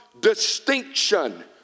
distinction